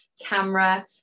camera